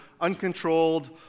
uncontrolled